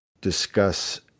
discuss